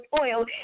oil